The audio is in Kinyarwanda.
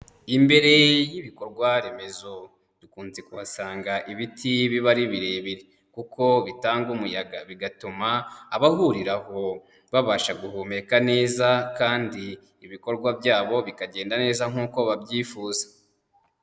Imbere y'ibikorwa remezo dukunze kuhasanga ibiti biba ari birebire kuko bitanga umuyaga, bigatuma abahuriraho babasha guhumeka neza kandi ibikorwa byabo bikagenda neza nk'uko babyifuza.